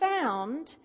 found